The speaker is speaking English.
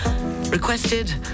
requested